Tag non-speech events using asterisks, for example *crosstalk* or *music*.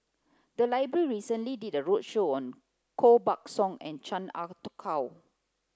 the library recently did a roadshow on Koh Buck Song and Chan Ah *unintelligible* Kow